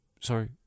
sorry